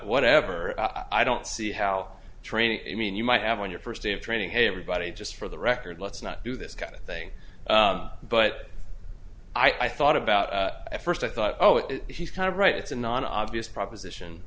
whatever i don't see how training i mean you might have on your first day of training hey everybody just for the record let's not do this kind of thing but i thought about at first i thought oh it he's kind of right it's a non obvious proposition